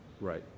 Right